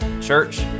Church